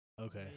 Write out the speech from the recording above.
Okay